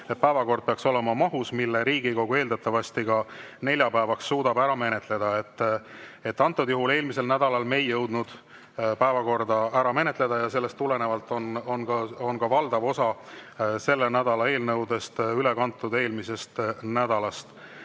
et päevakord peaks olema mahus, mille Riigikogu eeldatavasti suudab neljapäevaks ära menetleda. Eelmisel nädalal me ei jõudnud päevakorda ära menetleda ja sellest tulenevalt on ka valdav osa selle nädala eelnõudest üle kantud eelmisest nädalast. Ja